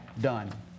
done